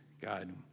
God